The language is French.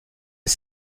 les